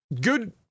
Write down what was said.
Good